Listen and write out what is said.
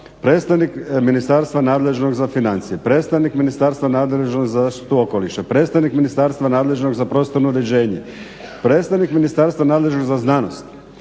predstavnik Ministarstva nadležnog za financije, predstavnik Ministarstva nadležnog za zaštitu okoliša, predstavnik Ministarstva nadležnog za prostorno uređenje, predstavnik Ministarstva nadležnog za znanost,